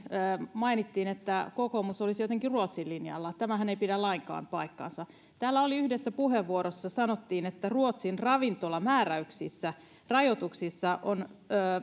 mainittiin että kokoomus olisi jotenkin ruotsin linjalla tämähän ei pidä lainkaan paikkaansa täällä yhdessä puheenvuorossa sanottiin että ruotsin ravintolamääräyksissä rajoituksissa on